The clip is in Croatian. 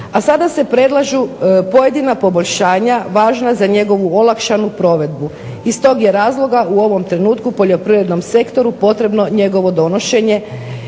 A sada se predlažu pojedina poboljšanja važna za njegovu olakšanu provedbu. Iz tog je razloga u ovom trenutku poljoprivrednom sektoru potrebno njegovo donošenje